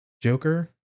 Joker